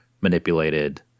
manipulated